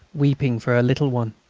weeping for her little one.